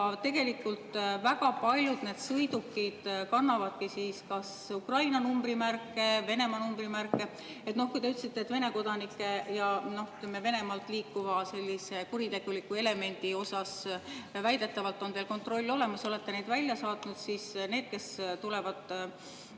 Tegelikult väga paljud need sõidukid kannavadki Ukraina numbrimärki, Venemaa numbrimärki. Kui te ütlesite, et Vene kodanike ja Venemaalt liikuva sellise kuritegeliku elemendi osas on teil väidetavalt kontroll olemas, olete neid välja saatnud, siis neid, kes tulevad